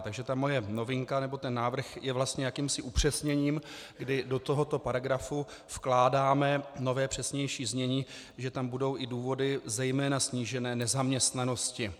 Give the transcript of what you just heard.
Takže ta moje novinka nebo návrh je vlastně jakýmsi upřesněním, kdy do tohoto paragrafu vkládáme nové, přesnější znění, že tam budou i důvody zejména snížené nezaměstnanosti.